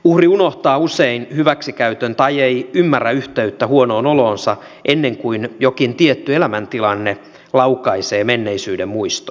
uhri unohtaa usein hyväksikäytön tai ei ymmärrä yhteyttä huonoon oloonsa ennen kuin jokin tietty elämäntilanne laukaisee menneisyyden muiston